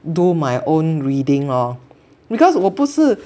do my own reading lor because 我不是